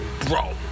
Bro